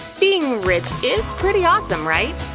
being rich is pretty awesome, right?